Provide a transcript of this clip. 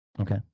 Okay